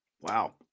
Wow